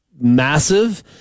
massive